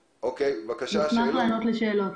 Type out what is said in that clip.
נשמח לענות לשאלות.